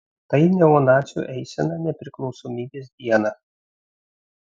tai neonacių eisena nepriklausomybės dieną